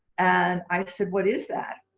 and i said, what is that?